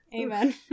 Amen